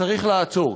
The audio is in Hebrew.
צריך לעצור.